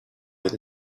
with